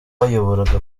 wayoboraga